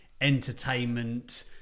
entertainment